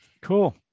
Cool